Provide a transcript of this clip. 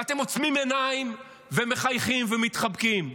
ואתם עוצמים עיניים ומחייכים ומתחבקים.